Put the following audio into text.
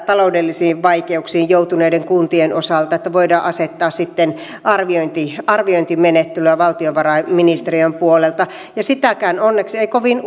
taloudellisiin vaikeuksiin joutuneiden kuntien osalta voidaan asettaa sitten arviointimenettely valtiovarainministeriön puolelta sitäkään onneksi ei kovin